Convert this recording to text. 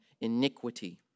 iniquity